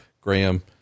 graham